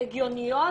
הגיוניות